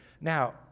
Now